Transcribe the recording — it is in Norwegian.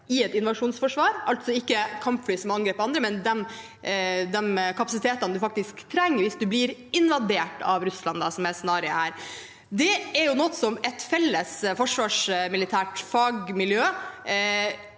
i et invasjonsforsvar, altså ikke kampfly som angriper andre, men de kapasitetene vi faktisk trenger hvis vi blir invadert av Russland, som er scenarioet her. Det er noe som et felles forsvarsmilitært fagmiljø